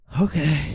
Okay